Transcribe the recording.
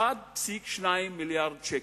1.2 מיליארד שקל.